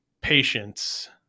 patience